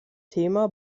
thema